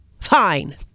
Fine